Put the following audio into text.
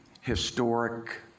historic